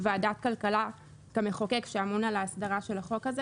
ועדת הכלכלה כמחוקק שאמון על ההסדרה של החוק הזה